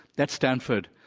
that's stanford.